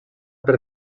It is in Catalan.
per